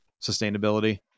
sustainability